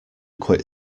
quit